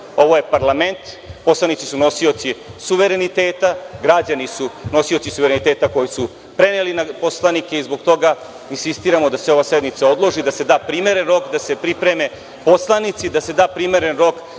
Ovo je parlament. Poslanici su nosioci suvereniteta, građani su nosioci suvereniteta koji su preneli na poslanike i zbog toga insistiramo da se ova sednica odloži i da se da primeren rok da se pripreme poslanici, da se da primeren rok